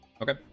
Okay